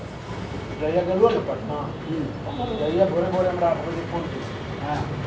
tax के उच्च दर काम, बचत, निवेश आ नवाचार कें हतोत्साहित करै छै